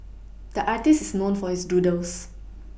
the artist is known for his doodles